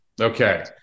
Okay